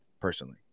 personally